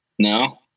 No